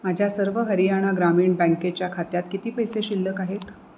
माझ्या सर्व हरियाणा ग्रामीण बँकेच्या खात्यात किती पैसे शिल्लक आहेत